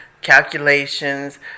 calculations